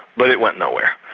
but it went nowhere.